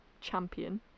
champion